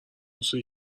سویت